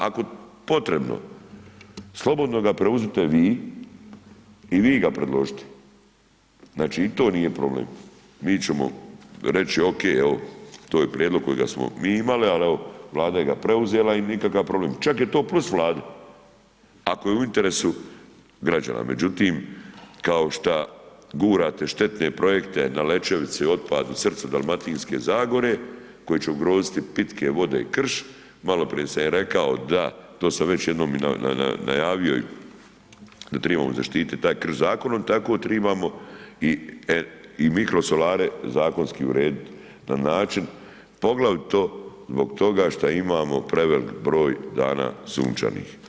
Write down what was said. Ako je potrebno, slobodno ga preuzmite vi i vi ga predložite, znači i to nije problem, mi ćemo reći ok, evo to je prijedlog kojega smo mi imali ali evo, Vlada ga je preuzela i nikakav problem, čak je to plus Vladi ako je u interesu građana, međutim kao šta gurate štetne projekte, na Lečevici otpad u srcu Dalmatinske zagore koji će ugroziti pitke vode i krš, maloprije prije sam im rekao da to sam već jednom i najavio da trebamo zaštititi taj krš zakonom, tako trebamo i mikrosolare zakonski urediti na način poglavito zbog toga šta imamo prevelik broj dana sunčanih.